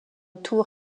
tour